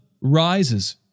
rises